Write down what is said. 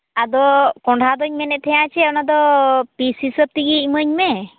ᱟᱫᱚ ᱠᱚᱸᱰᱷᱟᱫᱩᱧ ᱢᱮᱱᱮᱛ ᱛᱟᱦᱮᱸᱫᱼᱟ ᱪᱮᱫ ᱚᱱᱟ ᱫᱚ ᱯᱤᱥ ᱦᱤᱥᱟᱹᱵ ᱛᱮᱜᱮ ᱤᱢᱟᱹᱧ ᱢᱮ